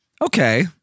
okay